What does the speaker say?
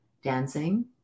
dancing